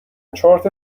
چارت